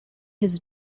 his